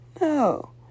No